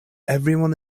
everyone